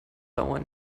dauer